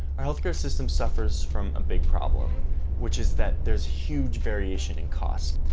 our healthcare system suffers from a big problem which is that there's huge variation in costs.